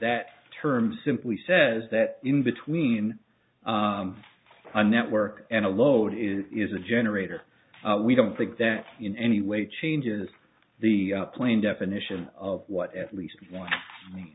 that term simply says that in between a network and a load is is a generator we don't think that in any way changes the playing definition of what at least one me